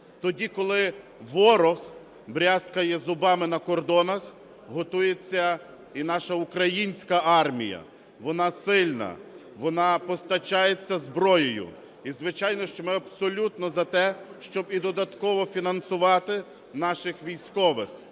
Тоді, коли ворог брязкає зубами на кордонах, готується і наша українська армія, вона сильна, вона постачається зброєю. І звичайно, що ми абсолютно за те, щоб і додатково фінансувати наших військових,